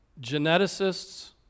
geneticists